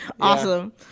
awesome